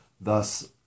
thus